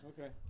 Okay